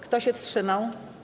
Kto się wstrzymał?